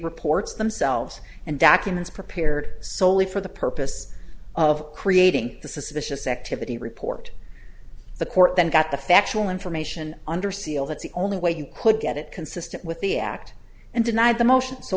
reports themselves and documents prepared solely for the purpose of creating the suspicious activity report the court then got the factual information under seal that's the only way you could get it consistent with the act and denied the motion